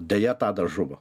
deja tadas žuvo